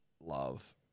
love